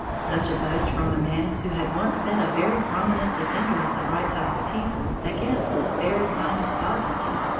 such a boast from a man who had once been a very prominent defender of the rights of the people against this very kind of sovereignty,